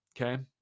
okay